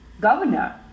Governor